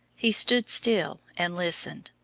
he stood still and listened.